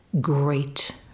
great